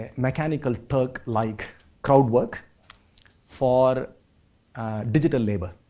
ah mechanical turk like crowd-work for digital labor,